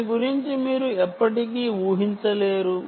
దాని గురించి మీరు ఎప్పటికీ ఊహించలేరు